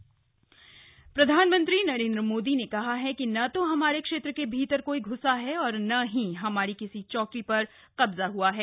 PM on चीन प्रधानमंत्री नरेन्द्र मोदी ने कहा है कि न तो हमारे क्षेत्र के भीतर कोई घ्सा है और न ही हमारी किसी चौकी पर कब्जा है है